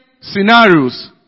scenarios